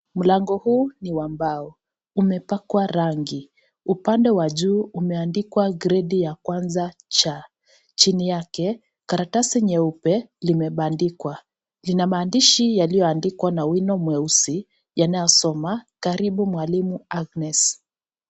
Mlango huu ni wa mbao, umepakwa rangi. Upande wa juu umeandikwa gredi ya kwanza cha. Chini yake, karatasi nyeupe limebandikwa, lina maandishi yaliyoandikwa na wino mweusi, yanayosoma karibu mwalimu Agnes.